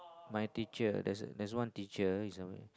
my teacher there is there is one teacher is like